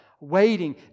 Waiting